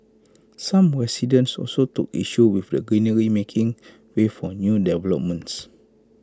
some residents also took issue with the greenery making way for new developments